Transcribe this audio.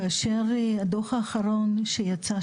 כאשר הדוח האחרון שיצא,